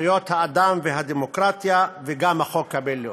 זכויות האדם והדמוקרטיה, וגם החוק הבין-לאומי.